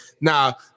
Now